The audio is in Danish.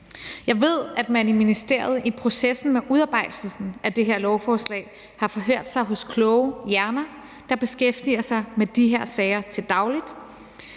Jeg ved, at man i ministeriet i processen med udarbejdelsen af det her lovforslag har forhørt sig hos kloge hjerner, der beskæftiger sig med de her sager til daglig,